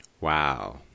Wow